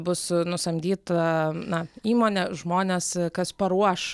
bus nusamdyta na įmonė žmonės kas paruoš